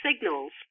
signals